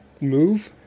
move